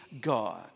God